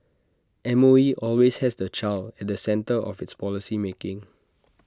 M O E always has the child at the centre of its policy making